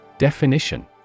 Definition